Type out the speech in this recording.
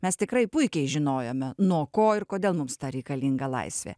mes tikrai puikiai žinojome nuo ko ir kodėl mums ta reikalinga laisvė